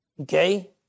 Okay